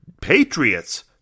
Patriots